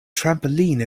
trampoline